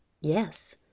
Yes